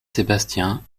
sébastien